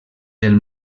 del